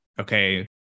Okay